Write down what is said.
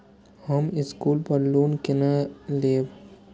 हम स्कूल पर लोन केना लैब?